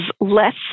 less